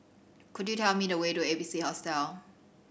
could you tell me the way to A B C Hostel